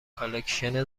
کالکشن